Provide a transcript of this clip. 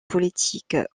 politiques